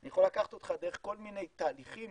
אני יכול לקחת אותך דרך כל מיני תהליכים